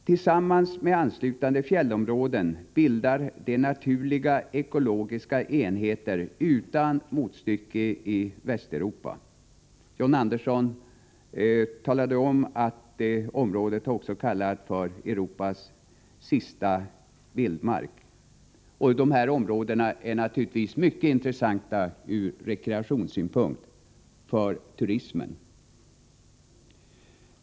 Tillsammans med anslutande fjällområden bildar de naturliga ekologiska enheter utan motstycke i Västeuropa. John Andersson talade om att området också kallas för Europas sista vildmark. Det är naturligtvis också mycket intressant från rekreationssynpunkt, för turismen.